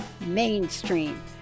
mainstream